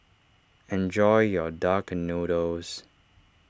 enjoy your Duck Noodles